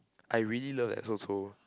I really love that chou-chou